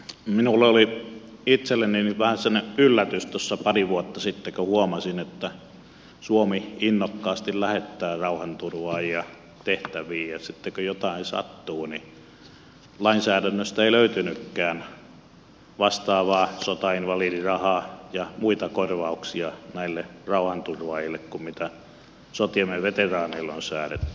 minulle oli itselleni vähän yllätys tuossa pari vuotta sitten kun huomasin että suomi innokkaasti lähettää rauhanturvaajia tehtäviin ja sitten kun jotain sattuu lainsäädännöstä ei löytynytkään vastaavaa sotainvalidirahaa ja muita korvauksia näille rauhanturvaajille kuin sotiemme veteraaneille on säädetty